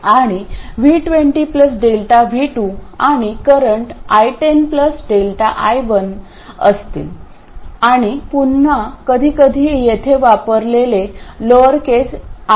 आणि V20 Δ V2 आणि current I10 Δ I1 असतील आणि पुन्हा कधीकधी येथे वापरलेले लोअर केस i1 दिसतील